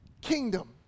kingdom